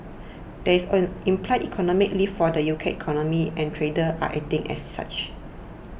that's an implied economic lift for the U K economy and traders are acting as such